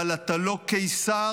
אבל אתה לא קיסר.